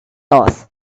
thought